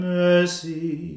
mercy